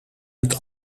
het